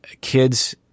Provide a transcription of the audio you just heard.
kids